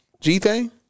G-Thing